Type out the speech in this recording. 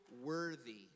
worthy